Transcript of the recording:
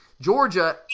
Georgia